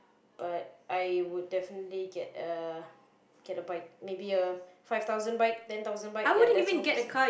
but I would definitely get a get a bike maybe a five thousand bike ten thousand bike ya that's one percent